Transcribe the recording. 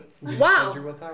Wow